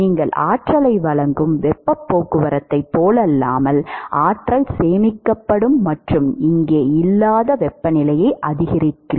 நீங்கள் ஆற்றலை வழங்கும் வெப்பப் போக்குவரத்தைப் போலல்லாமல் ஆற்றல் சேமிக்கப்படும் மற்றும் இங்கே இல்லாத வெப்பநிலையை அதிகரிக்கிறீர்கள்